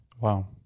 Wow